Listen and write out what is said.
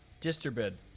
Disturbed